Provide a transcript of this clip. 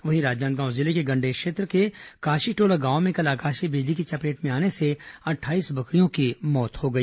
वहीं राजनांदगांव जिले के गंडई क्षेत्र के काशीटोला गांव में कल आकाशीय बिजली की चपेट में आने से अट्ठाईस बकरियों की मौत हो गई